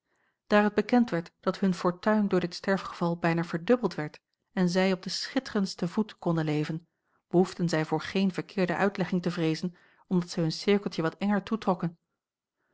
daar het bekend werd dat hun fortuin door dit sterfgeval bijna verdubbeld werd en zij op den schitterendsten voet konden leven behoefden zij voor geene verkeerde uitlegging te vreezen omdat zij hun cirkeltje wat enger toetrokken